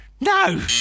No